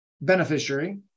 beneficiary